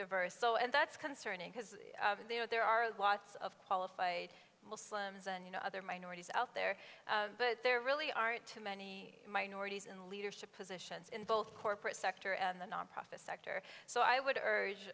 diverse so and that's concerning because they are there are lots of qualified muslims and you know other minorities out there but there really aren't too many minorities in leadership positions in both corporate sector and the nonprofit sector so i would